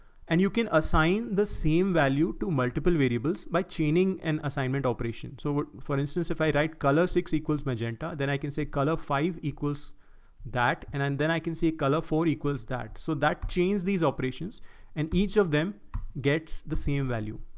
and you can assign the same value to multiple variables by chaining and assignment operation. so for instance, if i dyed color six equals magenta, then i can say color five equals that. and and then i can say color forty equals dart. so that change these operations and each of them gets the same value.